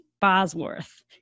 bosworth